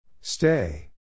Stay